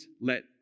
let